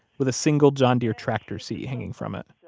with a single john deere tractor seat hanging from it.